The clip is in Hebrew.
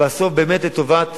לטובת